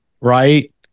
Right